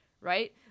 right